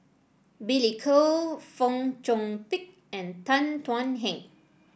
Billy Koh Fong Chong Pik and Tan Thuan Heng